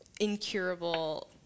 incurable